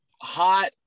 hot